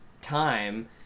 time